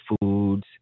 Foods